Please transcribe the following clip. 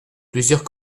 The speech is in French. plusieurs